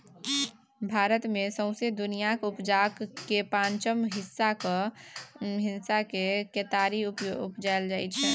भारत मे सौंसे दुनियाँक उपजाक केर पाँचम हिस्साक केतारी उपजाएल जाइ छै